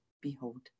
behold